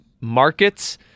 markets